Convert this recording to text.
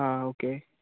आं ओके